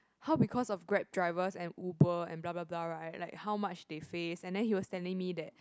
how because of Grab drivers and Uber and bla bla bla right like how much they face and then he was telling me that